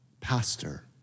pastor